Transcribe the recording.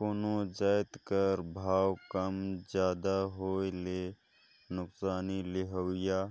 कोनो जाएत कर भाव कम जादा होए ले नोसकानी लेहोइया